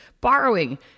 borrowing